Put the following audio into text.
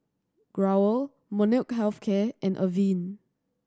Growell Molnylcke Health Care and Avene